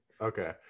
Okay